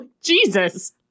Jesus